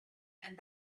and